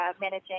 managing